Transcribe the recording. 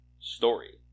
story